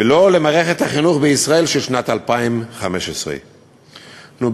ולא למערכת החינוך בישראל של שנת 2015. נו,